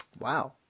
Wow